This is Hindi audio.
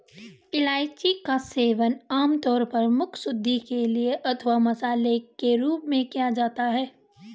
इलायची का सेवन आमतौर पर मुखशुद्धि के लिए अथवा मसाले के रूप में किया जाता है